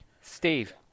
Steve